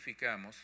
identificamos